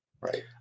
Right